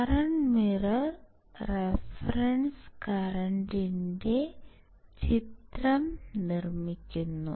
current mirror reference കറന്റിന്റെ ചിത്രം നിർമ്മിക്കുന്നു